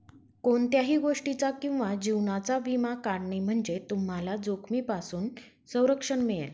कोणत्याही गोष्टीचा किंवा जीवनाचा विमा काढणे म्हणजे तुम्हाला जोखमीपासून संरक्षण मिळेल